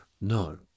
no